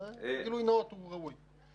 אז גילוי נאות ראוי פה.